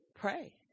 pray